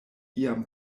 iam